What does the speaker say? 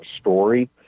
story